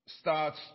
starts